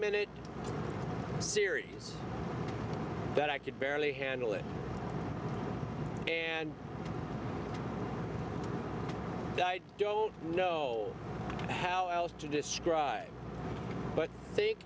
minute series that i could barely handle it and don't know how else to describe it but think